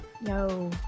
No